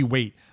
Wait